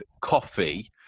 coffee